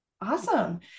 Awesome